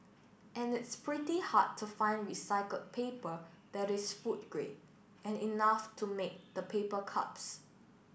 and it's pretty hard to find recycled paper that is food grade and enough to make the paper cups